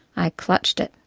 i clutched it,